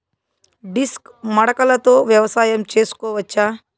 Disc మడకలతో వ్యవసాయం చేసుకోవచ్చా??